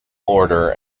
order